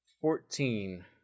fourteen